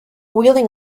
wheeling